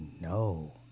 no